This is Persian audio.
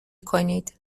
کنید